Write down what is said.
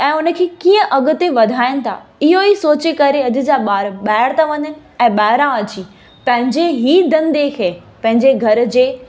ऐं उनखे कीअं अॻिते वधाइनि था इहेई सोचे करे अॼु जा ॿार ॿाहिरि था वञनि ऐं ॿाहिरा अची पंहिंजे ई धंधे खे पंहिंजे घर जे